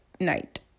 Night